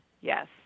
yes